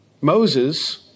Moses